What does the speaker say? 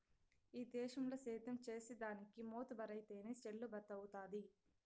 ఈ దేశంల సేద్యం చేసిదానికి మోతుబరైతేనె చెల్లుబతవ్వుతాది